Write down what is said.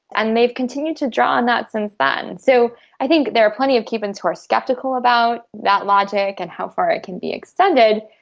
and they've continued to draw on that since then. and so i think there are plenty of cubans who are sceptical about that logic and how far it can be extended,